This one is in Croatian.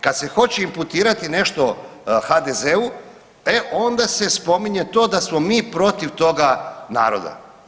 Kad se hoće imputirati nešto HDZ-u, e onda se spominje to da smo mi protiv toga naroda.